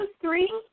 three